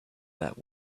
that